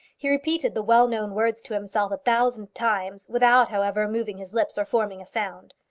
he repeated the well-known words to himself a thousand times, without, however, moving his lips or forming a sound.